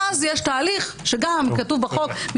אז יש תהליך שגם כתוב בחוק,